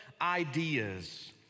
ideas